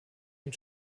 ihn